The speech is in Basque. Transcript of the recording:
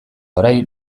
orain